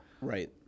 Right